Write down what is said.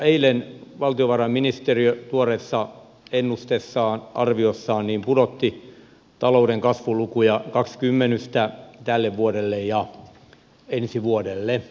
eilen valtiovarainministeriö tuoreessa ennusteessaan arviossaan pudotti talouden kasvulukuja kaksi prosentin kymmenystä tälle vuodelle ja ensi vuodelle